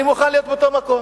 אני מוכן להיות באותו מקום